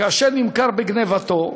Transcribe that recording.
כאשר נמכר בגנבתו,